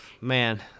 man